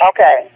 Okay